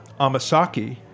amasaki